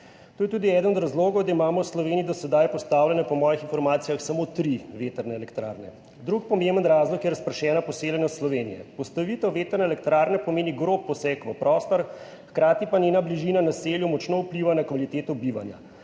To je tudi eden od razlogov, da imamo v Sloveniji do sedaj postavljene po mojih informacijah samo tri vetrne elektrarne. Drugi pomemben razlog je razpršena poseljenost Slovenije. Postavitev vetrne elektrarne pomeni grob poseg v prostor, hkrati pa njena bližina v naselju močno vpliva na kvaliteto bivanja.